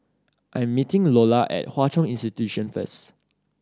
I'm meeting Lolla at Hwa Chong Institution first